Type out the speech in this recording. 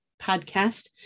podcast